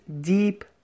deep